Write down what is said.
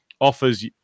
offers